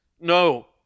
No